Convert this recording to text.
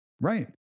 Right